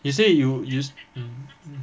you say you you mm